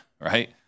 right